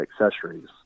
accessories